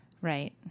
Right